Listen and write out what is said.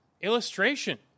illustration